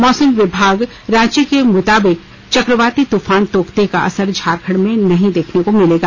मौसम विभाग रांची के मुताबिक चक्रवाती तुफान तोकते का असर झारखंड में नहीं देखने को मिलेगा